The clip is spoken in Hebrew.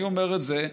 אני אומר את זה: